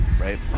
right